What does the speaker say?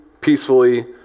peacefully